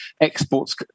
exports